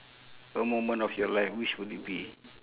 a moment of your life which would it be